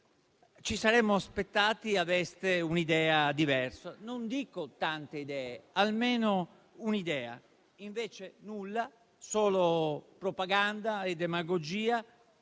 ci saremmo aspettati da voi un'idea diversa. Non dico tante idee, ma almeno un'idea. Invece nulla, solo propaganda e demagogia,